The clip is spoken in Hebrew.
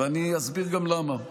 ואני אסביר גם למה.